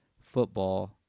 football